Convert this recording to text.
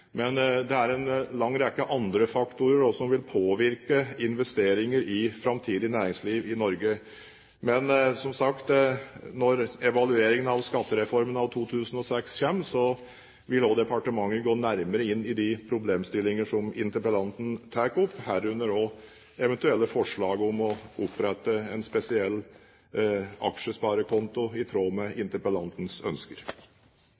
men det er også en lang rekke andre faktorer som vil påvirke investeringer i framtidig næringsliv i Norge. Som sagt, når evalueringen av skattereformen av 2006 kommer, vil også departementet gå nærmere inn i de problemstillinger som interpellanten tar opp, herunder også eventuelle forslag om å opprette en spesiell aksjesparekonto i tråd med interpellantens ønsker.